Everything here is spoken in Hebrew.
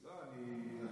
אני לא